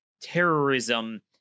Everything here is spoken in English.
terrorism